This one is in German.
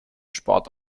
sport